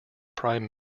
prime